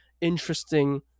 interesting